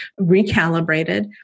recalibrated